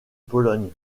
pologne